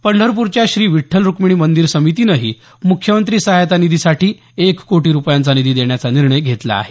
पंढरपूरच्या श्री विठ्ठल रुक्मिणी मंदिर समितीनही मुख्यमंत्री सहायता निधीसाठी एक कोटी रुपयांचा निधी देण्याचा निर्णय घेतला आहे